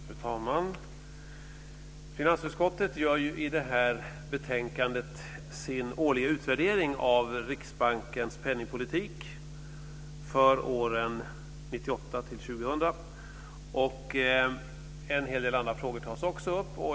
Fru talman! Finansutskottet gör i det här betänkandet sin årliga utvärdering av Riksbankens penningpolitik för åren 1998-2000. En hel del andra frågor tas också upp.